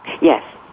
Yes